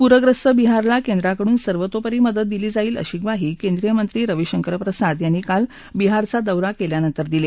पूर्यस्त बिहारला केंद्राकडून सर्वोतोपरी मदत दिली जाईल अशी म्वाही केंद्रीय मंत्री रवी शंकर प्रसाद यांनी काल बिहारचा दौरा केल्यानंतर दिली